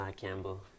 Campbell